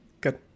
Good